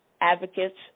Advocates